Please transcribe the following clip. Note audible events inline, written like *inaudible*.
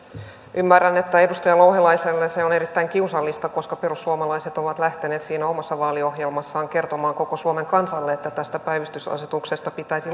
ymmärrän että edustaja louhelaiselle se on erittäin kiusallista koska perussuomalaiset ovat lähteneet omassa vaaliohjelmassaan kertomaan koko suomen kansalle että tästä päivystysasetuksesta pitäisi *unintelligible*